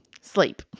Sleep